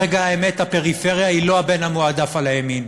ברגע האמת הפריפריה היא לא הבן המועדף של הימין,